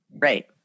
Right